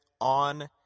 on